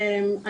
אני